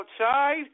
outside